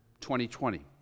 2020